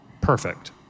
perfect